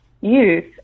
youth